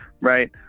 right